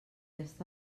està